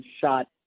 shot